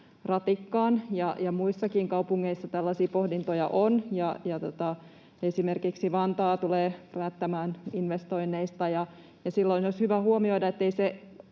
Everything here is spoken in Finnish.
ratikkaan. Ja muissakin kaupungeissa tällaisia pohdintoja on. Esimerkiksi Vantaa tulee päättämään investoinneista. Silloin olisi hyvä huomioida, ettei se